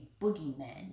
boogeyman